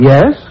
Yes